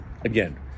again